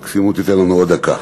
מקסימום תיתן לנו עוד דקה.